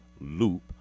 loop